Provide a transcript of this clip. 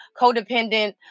codependent